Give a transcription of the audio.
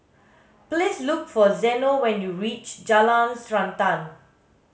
please look for Zeno when you reach Jalan Srantan